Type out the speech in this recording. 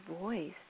voice